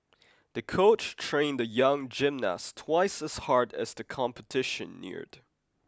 the coach trained the young gymnast twice as hard as the competition neared